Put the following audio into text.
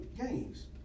games